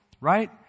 Right